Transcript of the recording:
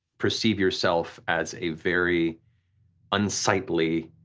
perceive yourself as a very unsightly,